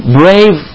brave